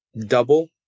double